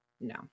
No